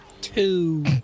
Two